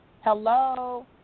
Hello